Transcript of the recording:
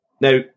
Now